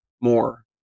more